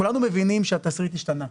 כולנו מבינים שהתסריט השתנה,